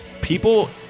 people